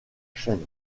chaîne